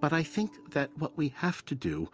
but i think that what we have to do